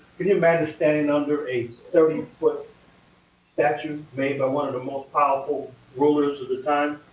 can you imagine standing under a thirty foot statue made by one of the most powerful rulers of the time.